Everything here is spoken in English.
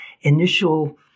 initial